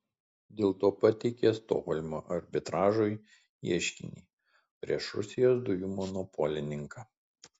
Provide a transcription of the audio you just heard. dėl to pateikė stokholmo arbitražui ieškinį prieš rusijos dujų monopolininką